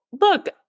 Look